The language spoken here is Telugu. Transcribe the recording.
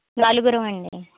నలుగురమండి